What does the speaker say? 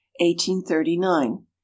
1839